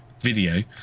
video